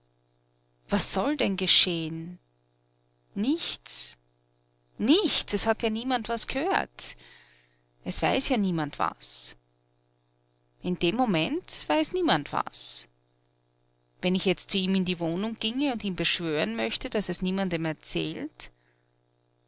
was soll denn gescheh'n nichts nichts es hat ja niemand was gehört es weiß ja niemand was in dem moment weiß niemand was wenn ich jetzt zu ihm in die wohnung ginge und ihn beschwören möchte daß er's niemandem erzählt